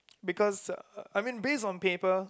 because uh I mean based on paper